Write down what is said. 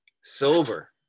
sober